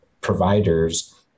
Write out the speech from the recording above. providers